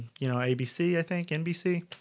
you know abc i think nbc